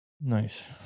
Nice